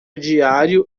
diário